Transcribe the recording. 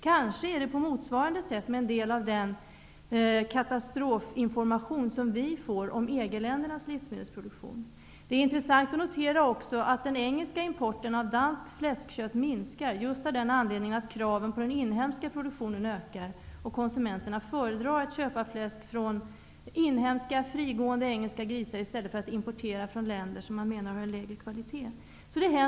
Kanske är det på motsvarande sätt med en del av den ''katastrofinformation'' som vi får om EG ländernas livsmedelsproduktion. Det är också intressant att notera att den engelska importen av danskt fläskkött minskar just av den anledningen att kraven på den inhemska produktionen ökar. Konsumenterna föredrar att köpa fläsk från inhemska frigående engelska grisar i stället för att man importerar från länder, som man menar har en lägre kvalitet på köttet.